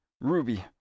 Ruby